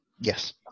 Yes